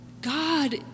God